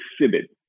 exhibit